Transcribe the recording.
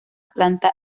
planta